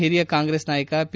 ಹಿರಿಯ ಕಾಂಗ್ರೆಸ್ ನಾಯಕ ಪಿ